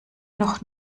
noch